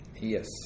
Yes